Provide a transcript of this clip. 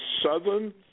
southern